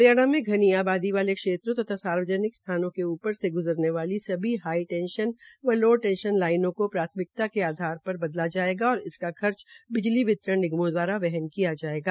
हरियाणा में घनी आबादी वाले क्षेत्रों तथा सार्वजनिक स्थानों के ऊपर से ग्जरने वाली सभी हाई टेंशन व लो टेंशन लाइनों को प्राथमिकता के आधार पर बदला जायेगा और इसका खर्च बिजली वितरण निगमों दवारा वहन किया जायेगा